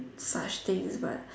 such things but